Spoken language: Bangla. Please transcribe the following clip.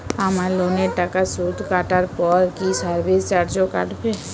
আমার লোনের টাকার সুদ কাটারপর কি সার্ভিস চার্জও কাটবে?